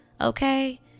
Okay